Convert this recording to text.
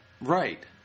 Right